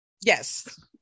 Yes